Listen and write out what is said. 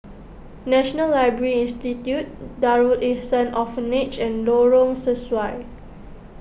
National Library Institute Darul Ihsan Orphanage and Lorong Sesuai